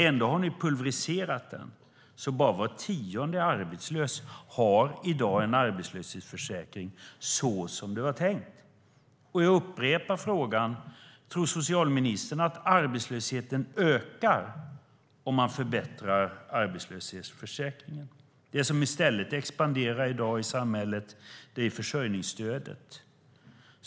Ändå har ni pulvriserat den så att bara var tionde arbetslös i dag har en arbetslöshetsförsäkring så som den var tänkt. Jag upprepar frågan: Tror socialministern att arbetslösheten ökar om man förbättrar arbetslöshetsförsäkringen? Det som i stället expanderar i dag i samhället är försörjningsstödet.